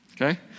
okay